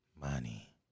Money